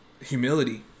humility